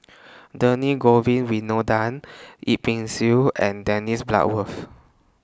Govin Winodan Yip Pin Xiu and Dennis Bloodworth